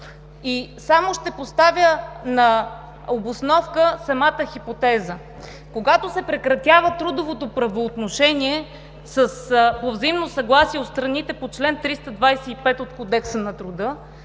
труд. Ще поставя на обосновка самата хипотеза. Когато се прекратява трудовото правоотношение по взаимно съгласие от страните по чл. 325 от Кодекса на труда,